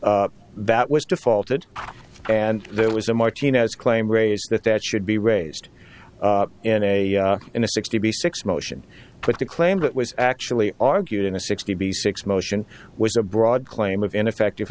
forth that was defaulted and there was a martinez claim raised that that should be raised in a in a sixty six motion put the claim that was actually argued in a sixty six motion was a broad claim of ineffective